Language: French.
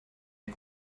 est